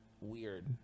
weird